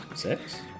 Six